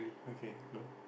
okay no